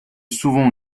souvent